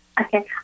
Okay